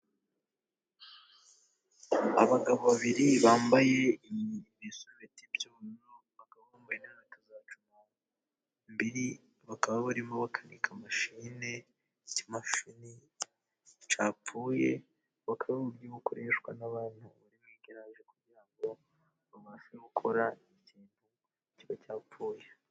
Abagabo babiri bambaye ibisurubeti by'ubururu, abagabo bambaye inkweto za kamambiri bakaba barimo bakanika ikimashini cyapfuye, bakaba mu buryo bukoreshwa n'abantu bari baganje kugira ngo babashe gukora ikintu kiba cyapfuye.